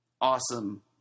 awesome